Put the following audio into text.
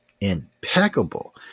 impeccable